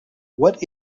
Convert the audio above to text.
what